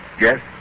Yes